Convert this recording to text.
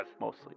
mostly